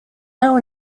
now